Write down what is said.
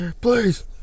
please